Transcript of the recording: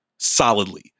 solidly